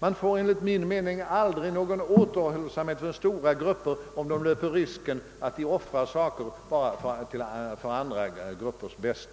Man får aldrig någon återhållsamhet hos stora grupper, om de löper risken att offra något för att andra motsvarande grupper skall få det